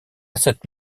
cette